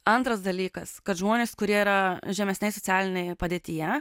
antras dalykas kad žmonės kurie yra žemesnėj socialinėje padėtyje